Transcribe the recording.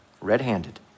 red-handed